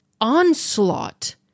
onslaught